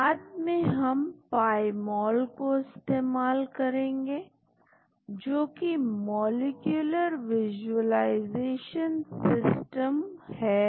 बाद में हम पाईमॉल को इस्तेमाल करेंगे जो कि मॉलिक्यूलर विजुलाइजेशन सिस्टम है